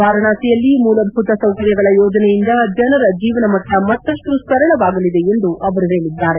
ವಾರಾಣಸಿಯಲ್ಲಿ ಮೂಲಭೂತ ಸೌಕರ್ಯಗಳ ಯೋಜನೆಯಿಂದ ಜನರ ಜೀವನ ಮಟ್ಟ ಮತ್ತಷ್ಟು ಸರಳವಾಗಲಿದೆ ಎಂದು ಅವರು ಹೇಳಿದ್ದಾರೆ